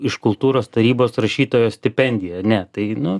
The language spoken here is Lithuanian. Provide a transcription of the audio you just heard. iš kultūros tarybos rašytojo stipendiją ne tai nu